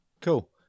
cool